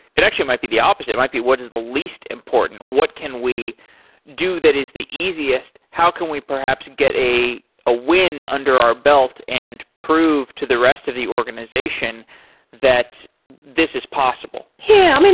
it actually might be the opposite. it might be what is the least important. what can we do that is the easiest? how can we perhaps get a ah win under our belt and prove to the rest of the organization that this is possible? yeah, um and